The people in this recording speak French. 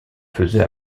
faisait